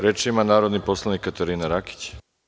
Reč ima narodni poslanik Katarina Rakić.